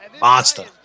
Monster